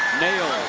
nails.